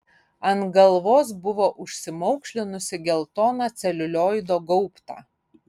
ant galvos buvo užsimaukšlinusi geltoną celiulioido gaubtą